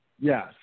yes